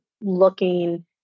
looking